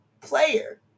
player